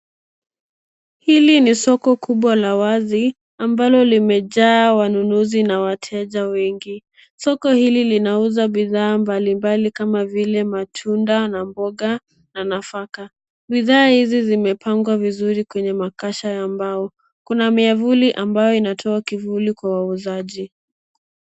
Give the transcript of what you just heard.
Hili ni soko kubwa la wazi amablo limejaa wanunuzi na wateja wengi. Soko hili linauza bidhaa mbalimbali kama vile matunda na mboga na nafaka. Bidhaa hizi zimepangwa vizuri kwenye makasha ya mbao. Kuna miavuli amabyo inatoa kivuli kwa wauzaji.